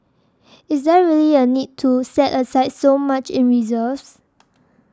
is there really a need to set aside so much in reserves